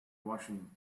washing